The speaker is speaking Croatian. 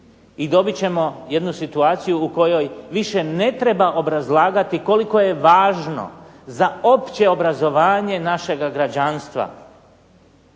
i dobit ćemo jednu situaciju u kojoj više ne treba obrazlagati koliko je važno za opće obrazovanje našega građanstva